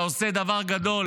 אתה עושה דבר גדול